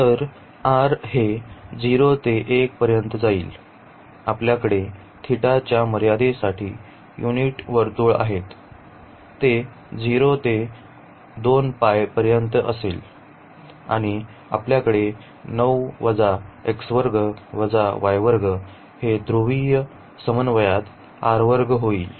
तर r 0 ते 1 पर्यंत जाईल आपल्याकडे थीटा च्या मर्यादेसाठी युनिट वर्तुळ आहे ते 0 ते 2π पर्यंत असेल आणि आपल्याकडे हे ध्रुवीय समन्वयात होईल